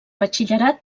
batxillerat